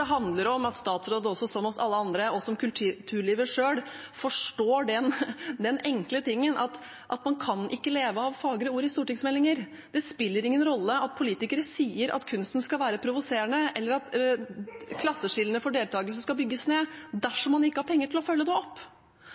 handler om at også statsråden, som alle oss andre og som kulturlivet selv, forstår den enkle tingen at man kan ikke leve av fagre ord i stortingsmeldinger. Det spiller ingen rolle at politikere sier at kunsten skal være provoserende, eller at klasseskillene for deltakelse skal bygges ned, dersom man ikke har penger til å følge det opp.